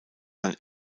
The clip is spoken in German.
sein